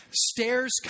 Stairs